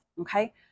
Okay